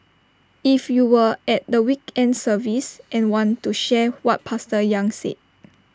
if you were at the weekend service and want to share what pastor yang said